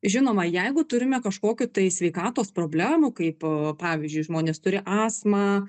žinoma jeigu turime kažkokių tai sveikatos problemų kaip pavyzdžiui žmonės turi astmą